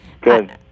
Good